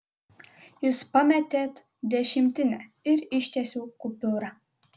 jūs pametėt dešimtinę ir ištiesiau kupiūrą